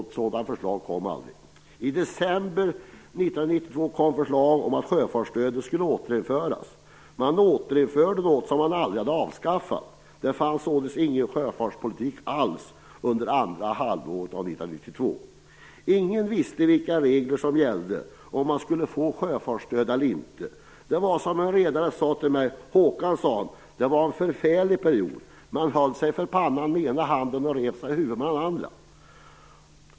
Något sådant förslag kom aldrig. I december 1992 kom förslag om att sjöfartsstödet skulle återinföras. Man återinförde något som aldrig hade avskaffats. Det fanns således ingen sjöfartspolitik alls under andra halvåret 1992. Ingen visste vilka regler som gällde - om man skulle få sjöfartsstöd eller inte. Det var som en redare sade till mig: "Håkan, det var en förfärlig period. Man höll sig för pannan med ena handen och rev sig i huvudet med den andra".